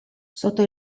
sotto